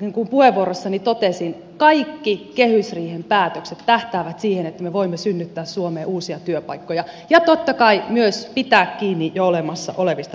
niin kuin puheenvuorossani totesin kaikki kehysriihen päätökset tähtäävät siihen että me voimme synnyttää suomeen uusia työpaikkoja ja totta kai myös pitää kiinni jo olemassa olevista työpaikoista